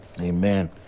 Amen